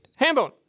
Hambone